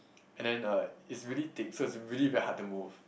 and then uh it's really thick so it's really very hard to move